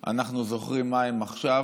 אנחנו זוכרים מה הם עכשיו,